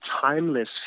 timeless